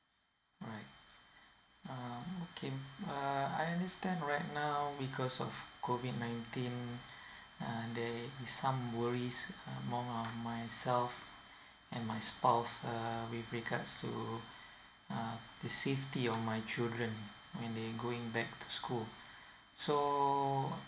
right um okay uh I understand right now because of COVID nineteen uh there is some worries uh among uh myself and my spouse err with regards to uh the safety of my children when they going back to school so